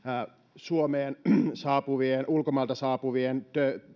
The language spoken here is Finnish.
suomeen ulkomailta saapuvien